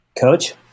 Coach